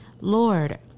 lord